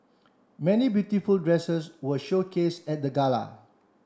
many beautiful dresses were showcased at the gala